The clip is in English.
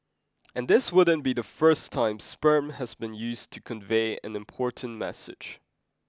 and this wouldn't be the first time sperm has been used to convey an important message